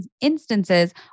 instances